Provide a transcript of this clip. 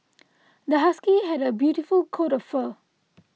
this husky has a beautiful coat of fur